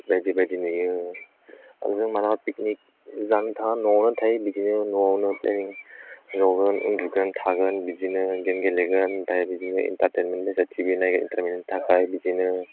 बायदि बायदि नुयो आरो जों मालाबा पिकनिक जानो थाङा न'वावनो थायो बिदिनो न' वावनो प्लेनिं जगोन उन्दुगोन थागोन बिदिनो गेम गेलेगोन ओमफ्राय बिदिनो इन्टारटेनमेन्टनि थाखाय टिभि नायगोन इन्टारमेन्टनि थाखाय बिदिनो